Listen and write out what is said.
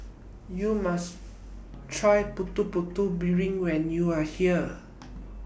YOU must Try Putu Putu Piring when YOU Are here